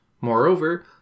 Moreover